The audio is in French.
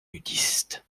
nudistes